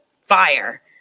fire